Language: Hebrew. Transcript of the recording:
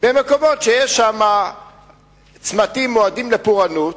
במקומות שיש שם צמתים מועדים לפורענות.